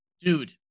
Dude